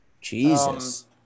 Jesus